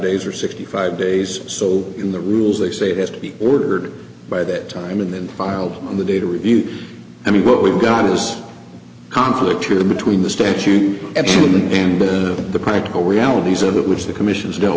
days or sixty five days so in the rules they say it has to be ordered by that time and then filed on the day to review i mean what we've got is a conflict to the between the statute absolutely and the political realities of it which is the commission's go